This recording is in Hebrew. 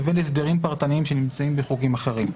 לבין הסדרים פרטניים שנמצאים בחוקים אחרים.